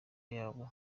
yabo